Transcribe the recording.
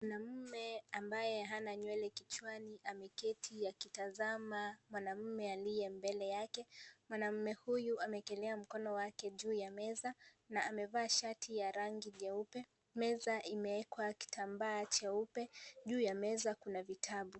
Mwanaume ambaye hana nywele kichwani ameketi akitazama mwanaume aliye mbele yake. Mwanaume huyu amewekelea mkono wake juu ya meza na amevaa shati ya rangi nyeupe. Meza imewekwa kitambaa cheupe. Juu ya meza kuna vitabu.